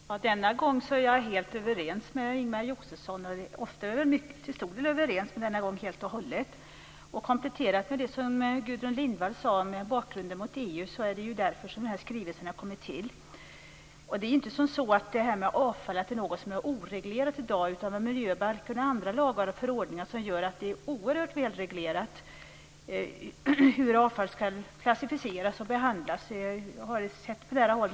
Fru talman! Denna gång är jag helt överens med Ingemar Josefsson. Ofta är vi till stor del överens, men denna gång är vi det helt och hållet. Det är ju därför, kompletterat med det som Gudrun Lindvall sade med bakgrunden mot EU, som denna skrivelse har kommit till. Frågan om avfall är ju inte oreglerad i dag. Miljöbalken och andra lagar och förordningar gör att det är oerhört välreglerat hur avfall skall klassificeras och behandlas. Jag har sett det på nära håll.